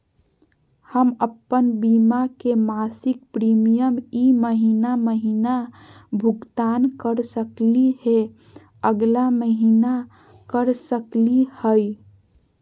हम अप्पन बीमा के मासिक प्रीमियम ई महीना महिना भुगतान कर सकली हे, अगला महीना कर सकली हई?